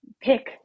pick